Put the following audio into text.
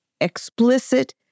explicit